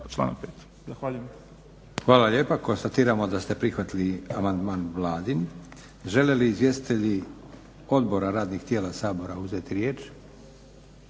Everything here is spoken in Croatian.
Hvala lijepo. Konstatiram da ste prihvatili amandman Vladin. Žele li izvjestitelji odbora radnih tijela Sabora uzeti riječ?